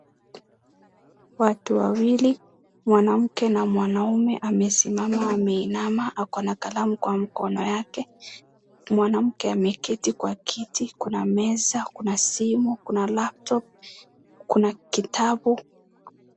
Watu wawili mwanamke na mwanaume amesimama ameinama ako na kalamu kwa mkono yake. Mwanamke ameketi kwa kiti. Kuna meza, kuna simu, kuna laptop , kuna kitabu.